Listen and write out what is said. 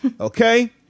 okay